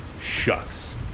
Shucks